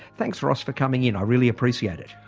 thanks ross for coming in. i really appreciate it.